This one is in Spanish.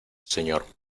señor